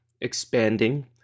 expanding